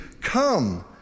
come